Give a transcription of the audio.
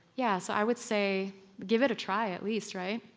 yeah so i would say give it a try at least, right?